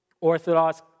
orthodox